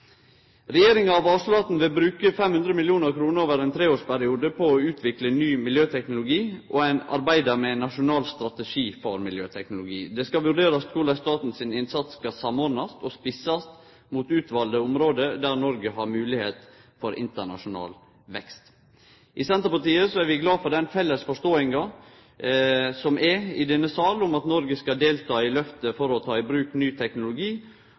Regjeringa har varsla at ho vil bruke 500 mill. kr over ein treårsperiode på å utvikle ny miljøteknologi, og ein arbeider med ein nasjonal strategi for miljøteknologi. Det skal vurderast korleis staten sin innsats skal samordnast og spissast mot utvalde område der Noreg har moglegheit for internasjonal vekst. I Senterpartiet er vi glade for den felles forståinga som er i denne sal om at Noreg skal delta i lyftet for å ta i bruk ny teknologi